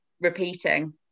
repeating